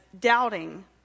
Doubting